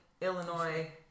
Illinois